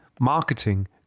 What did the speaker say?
marketing